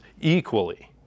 equally